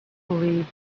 believed